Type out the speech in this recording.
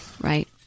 right